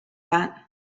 that